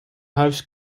huis